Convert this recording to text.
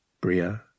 Bria